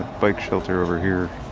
bike shelter over here.